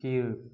கீழ்